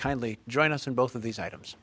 kindly join us in both of these items